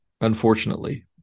Unfortunately